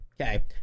okay